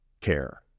care